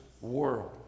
world